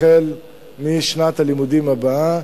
החל משנת הלימודים הבאה,